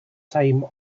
time